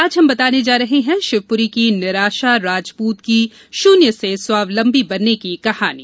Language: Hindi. आज हम बताने जा रहे हैं शिवप्री की निराशा राजपूत की शून्य से स्वाबलंबी बनने की कहानी